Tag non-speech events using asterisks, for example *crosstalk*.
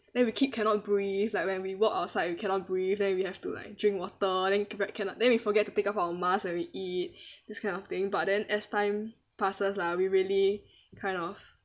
then we keep cannot breathe like when we walk outside we cannot breathe then we have to like drink water then ca~ cannot then we forget to take out our mask when we eat *breath* this kind of thing but then as time passes lah we really kind of